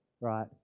right